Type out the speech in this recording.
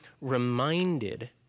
reminded